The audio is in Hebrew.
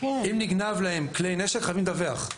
אם נגנבו להם כלי נשק, חייבים לדווח.